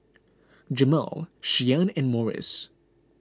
Jamal Shianne and Morris